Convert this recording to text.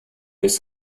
bis